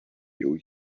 you